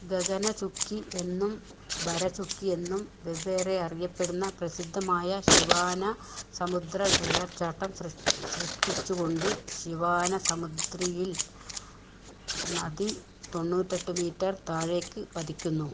ഗഗനചുക്കി എന്നും ഭരചുക്കി എന്നും വെവ്വേറെ അറിയപ്പെടുന്ന പ്രസിദ്ധമായ ശിവാന സമുദ്ര വെള്ളച്ചാട്ടം സൃഷ്ടിച്ചു കൊണ്ട് ശിവാന സമുദ്രിയിൽ നദി തൊണ്ണൂറ്റെട്ട് മീറ്റർ താഴേക്ക് പതിക്കുന്നു